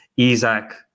Isaac